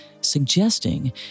suggesting